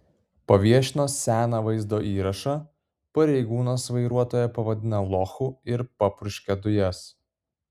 paviešino seną vaizdo įrašą pareigūnas vairuotoją pavadina lochu ir papurškia dujas